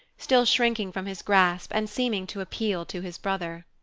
still shrinking from his grasp and seeming to appeal to his brother.